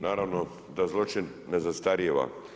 Naravno da zločin ne zastarijeva.